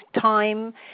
time